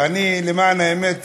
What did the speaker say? ולמען האמת,